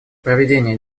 проведенного